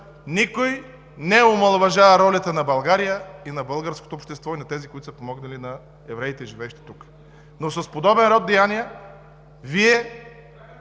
никой не омаловажава ролята на България, на българското общество и на тези, които са помогнали на евреите, живеещи тук. Но с подобен род деяния